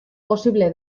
posible